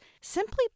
Simply